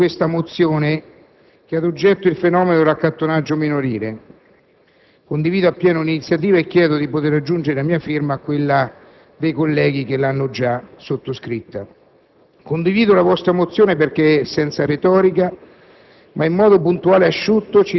e gli amici del suo Gruppo per la mozione n. 60, che ha ad oggetto il fenomeno dell'accattonaggio minorile. Condivido appieno l'iniziativa e chiedo di poter aggiungere la mia firma a quella dei colleghi che l'hanno già sottoscritta. Condivido la vostra mozione perché è senza retorica,